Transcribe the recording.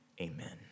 Amen